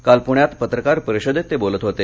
काल पुण्यात पत्रकार परिषदेत ते बोलत होते